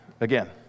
again